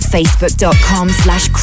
Facebook.com/slash